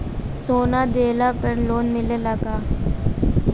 सोना दिहला पर लोन मिलेला का?